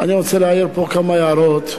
אני רוצה להעיר פה כמה הערות.